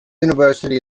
university